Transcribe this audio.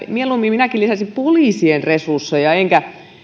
mieluummin lisäisin poliisien resursseja